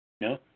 No